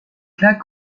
claque